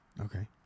Okay